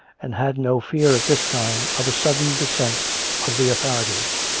and had no fear, at this time, of a sudden descent of the authorities.